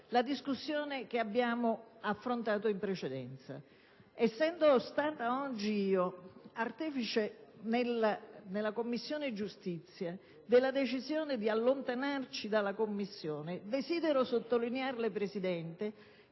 una discussione che abbiamo affrontato in precedenza. Essendo stata io oggi artefice, in Commissione giustizia, della decisione di allontanarci dalla Commissione stessa, desidero sottolineare che tale